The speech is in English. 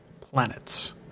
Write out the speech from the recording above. planets